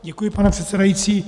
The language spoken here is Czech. Děkuji, pane předsedající.